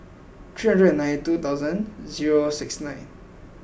three three nine two thousand zero six nine